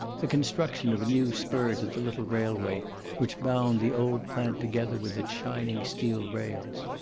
the construction of a new spur to the little railway which bound the old plant together with its shining steel rails.